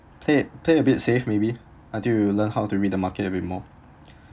play it play a bit safe maybe until you learn how to read the market a bit more